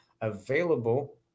available